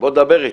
בוא דבר איתי.